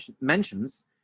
mentions